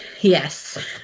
Yes